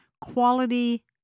quality